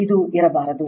ಇದು ಇರಬಾರದು